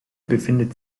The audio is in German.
befindet